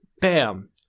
Bam